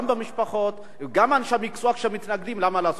וגם במשפחות וגם באנשי המקצוע שמתנגדים לזה.